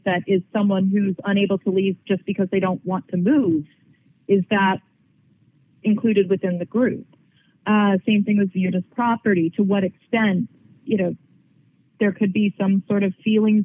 that is someone who is unable to leave just because they don't want to move is that included within the group same thing as you just property to what extent you know there could be some sort of feelings